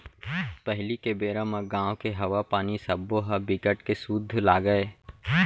पहिली के बेरा म गाँव के हवा, पानी सबो ह बिकट के सुद्ध लागय